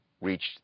reached